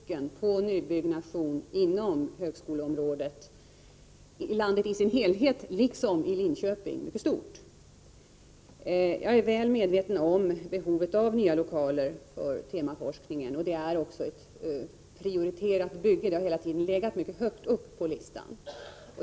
Fru talman! Som Börje Stensson vet är anspråken på nybyggnation inom högskoleområdet i landet i dess helhet liksom i Linköping för stora. Jag är väl medveten om behovet av nya lokaler för temaforskningen. Det är ett prioriterat bygge och har hela tiden legat mycket högt upp på listan.